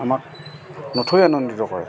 আমাক নথৈ আনন্দিত কৰে